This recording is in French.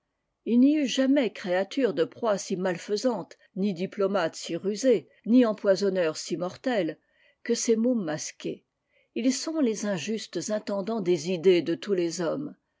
il n'y eut jamais créatures de proie si malfaisantes ni diplomates si rusés ni empoisonneurs si mortels que ces mots masqués ils sont les injustes intendants des idées de tous les hommes